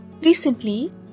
Recently